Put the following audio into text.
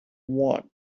want